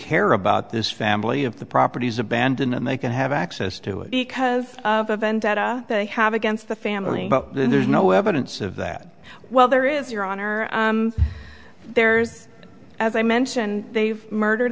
care about this family of the properties abandoned and they can have access to it because of a vendetta they have against the family there's no evidence of that well there is your honor there's as i mentioned they've murdered